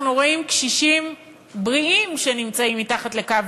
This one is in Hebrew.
אנחנו רואים קשישים בריאים שנמצאים מתחת לקו